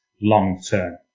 long-term